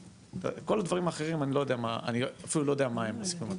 כל הדברים אחרים אני אפילו לא יודע מהם בסיכום התקציבי.